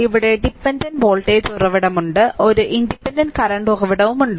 ഇവിടെ dependent voltage ഉറവിടമുണ്ട് ഒരു ഇൻഡിപെൻഡന്റ് കറന്റ് ഉറവിടമുണ്ട്